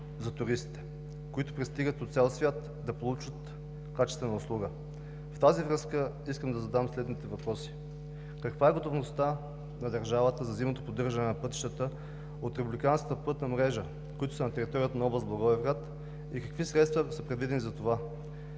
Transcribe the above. за туристите, които пристигат от цял свят, за да получат качествена услуга. Искам да Ви задам следните въпроси: каква е готовността на държавата за зимното поддържане на пътищата от републиканската пътна мрежа, които са на територията на област Благоевград? Какви средства са предвидени за това?